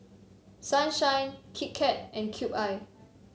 Sunshine Kit Kat and Cube I